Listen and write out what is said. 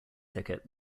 ticket